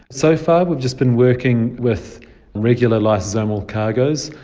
so far we've just been working with regular lysosomal cargoes,